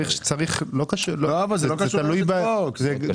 אבל זה לא קשור לרשת פוקס.